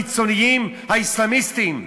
מול כל הגורמים הקיצוניים האסלאמיסטיים?